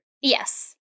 Yes